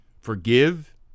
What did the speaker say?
Forgive